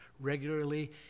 regularly